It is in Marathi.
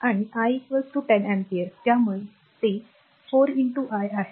आणि I r 10 amperes त्यामुळे ते 4 I आहे